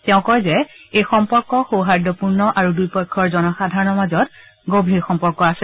তেওঁ কয় যে এই সম্পৰ্ক সৌহাৰ্দ্যপূৰ্ণ আৰু দুয়োপক্ষৰ জনসাধাৰণৰ মাজত গভীৰ সম্পৰ্ক আছে